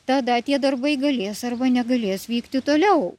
tada tie darbai galės arba negalės vykti toliau